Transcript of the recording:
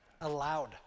allowed